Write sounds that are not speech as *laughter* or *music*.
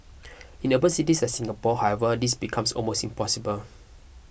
*noise* in urban cities like Singapore however this becomes almost impossible